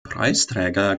preisträger